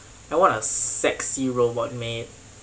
I want a sexy robot man